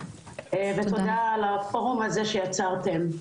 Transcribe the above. ותודה על הפורום הזה שיצרתם.